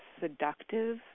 Seductive